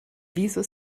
wieso